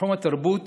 בתחום התרבות